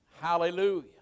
Hallelujah